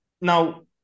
Now